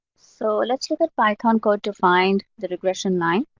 so let's look at python code to find the regression line.